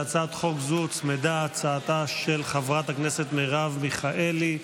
להצעת חוק זו הוצמדה הצעתה של חברת הכנסת מרב מיכאלי,